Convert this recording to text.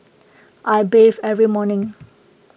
I bathe every morning